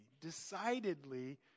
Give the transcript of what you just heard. decidedly